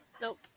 Nope